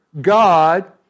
God